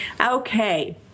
Okay